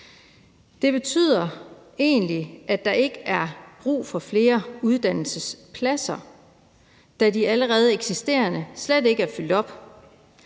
Det betyder egentlig, at der ikke er brug for flere uddannelsespladser, da de allerede eksisterende uddannelsespladser slet ikke er fyldt op.